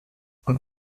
und